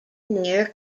near